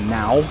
now